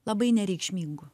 labai nereikšmingu